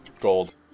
gold